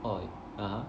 oh (uh huh)